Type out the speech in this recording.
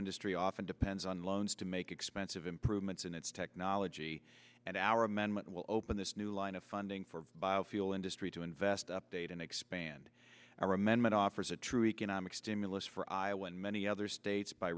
industry often depends on loans to make expensive improvements in its technology and our amendment will open this new line of funding for biofuel industry to invest update and expand our amendment offers a true economic stimulus for i when many other states by